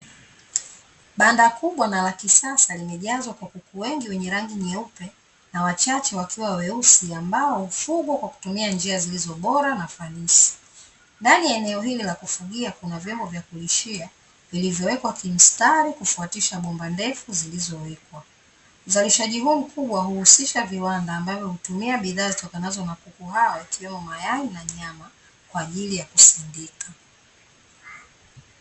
Banda kubwa na la kisasa limejazwa kuku wengi wenye rangi nyeupe na wachache wakiwa weusi ambao hufugwa kwa kutumia njia iliyo bora na fanisi. Ndani ya eneo hili la kufugia kuna vyombo vya kulishia vilivyowekwa kimstari kufwatisha bomba ndefu zilizowekwa. Uzalishaji huu mkubwa huhusisha viwanda ambavyo hutumia bidhaa zitokanazo na kuku hao ikiwemo mayai na nyama, kwa ajili ya kusindika.